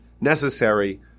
necessary